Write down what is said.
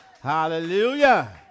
Hallelujah